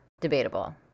debatable